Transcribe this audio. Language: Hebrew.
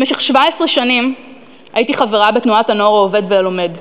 במשך 17 שנים הייתי חברה בתנועת "הנוער העובד והלומד",